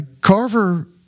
Carver